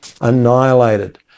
annihilated